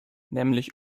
nämlich